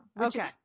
Okay